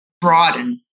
broaden